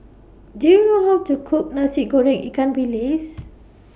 Do YOU know How to Cook Nasi Goreng Ikan Bilis